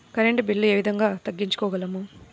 Current bill ఏ విధంగా తగ్గించుకోగలము?